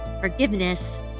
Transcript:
forgiveness